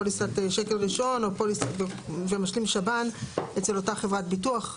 פוליסת שקל ראשון ומשלים שב"ן אצל אותה חברת ביטוח,